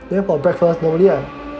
then for breakfast normally I